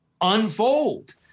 unfold